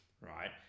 right